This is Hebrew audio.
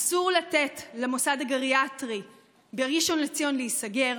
אסור לתת למוסד הגריאטרי בראשון לציון להיסגר.